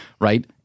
right